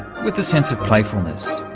with a sense of playfulness.